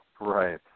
Right